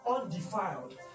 undefiled